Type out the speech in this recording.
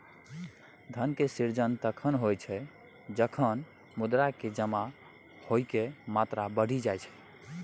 धन के सृजन तखण होइ छै, जखन मुद्रा के जमा होइके मात्रा बढ़ि जाई छै